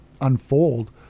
unfold